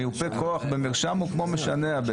מיופה כוח במרשם הוא בעצם כמו משנע.